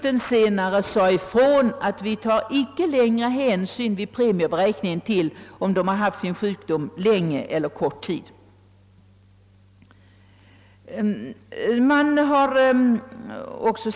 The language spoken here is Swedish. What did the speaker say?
Den senare sade att man vid premieberäkningen inte längre tar hänsyn till om en försäkringstagare haft sin sjukdom länge eller endast en kort tid.